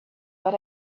but